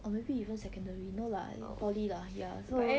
or maybe even secondary no lah I think poly lah ya so